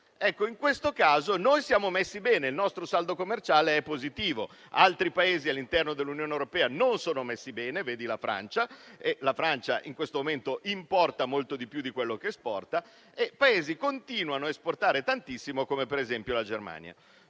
In questo caso, noi siamo messi bene: il nostro saldo commerciale è positivo. Altri Paesi all'interno dell'Unione europea non sono messi bene, come la Francia, che in questo momento importa molto di più di quello che esporta, e ci sono Paesi che continuano a esportare tantissimo, come per esempio la Germania.